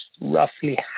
roughly